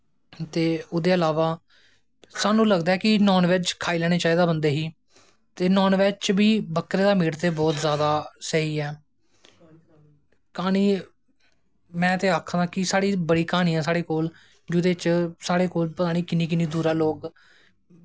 ते ओह्दे बाद स्हानू लगदा ऐ कि नॉनबैज खाई लोना चाही दा ऐ बंदे गी ते ओह्दे बाद च बी नॉनबैज च बकरे दा मीट ते बौह्त जादा स्हेई ऐ जानि में ते आखगा बड़ी क्हानियां ऐं साढ़े कोल जेह्दे च साढ़े कोल पता नी किन्ने किन्ने दूरा दा लोग